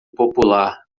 popular